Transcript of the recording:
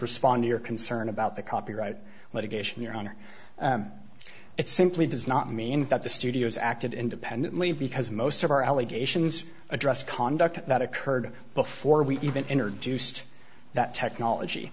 respond to your concern about the copyright litigation your honor it simply does not mean that the studios acted independently because most of our allegations address conduct that occurred before we even enter juiced that technology